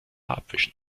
abwischen